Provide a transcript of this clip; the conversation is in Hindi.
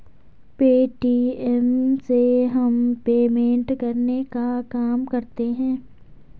पे.टी.एम से हम पेमेंट करने का काम करते है